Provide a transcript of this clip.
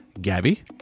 Gabby